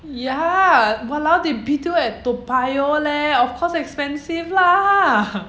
ya !walao! they B_T_O toa payoh leh of course expensive lah